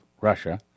Russia